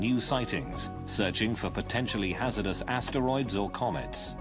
new sightings searching for potentially hazardous asteroids or comets